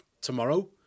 tomorrow